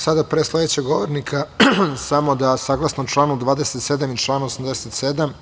Sada, pre sledećeg govornika samo da saglasno članu 27. i članu 87.